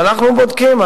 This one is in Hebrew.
ואנחנו בודקים,